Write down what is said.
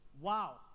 Wow